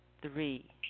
three